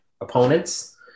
opponents